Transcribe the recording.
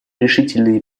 решительные